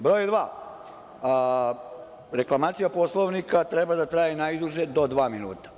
Broj dva, reklamacija Poslovnika treba da traje najduže do dva minuta.